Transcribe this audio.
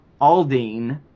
Aldine